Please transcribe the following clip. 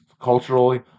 culturally